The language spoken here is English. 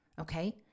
Okay